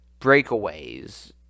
breakaways